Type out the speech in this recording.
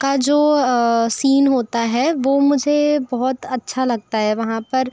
का जो सीन होता है वो मुझे बहुत अच्छा लगता है वहाँ पर